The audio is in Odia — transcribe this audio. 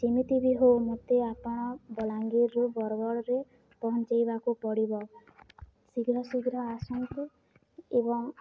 ଯେମିତି ବି ହେଉ ମୋତେ ଆପଣ ବଲାଙ୍ଗୀର୍ରୁ ବରଗଡ଼ରେ ପହଁଞ୍ଚେଇବାକୁ ପଡ଼ିବ ଶୀଘ୍ର ଶୀଘ୍ର ଆସନ୍ତୁ ଏବଂ